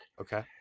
Okay